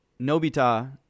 Nobita